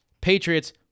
Patriots